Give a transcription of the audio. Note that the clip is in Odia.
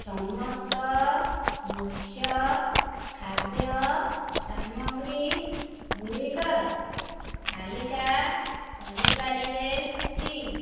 ସମସ୍ତ ମୁଖ୍ୟ ଖାଦ୍ୟ ସାମଗ୍ରୀ ଗୁଡ଼ିକର ତାଲିକା କରିପାରିବେ କି